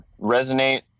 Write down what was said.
resonate